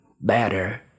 better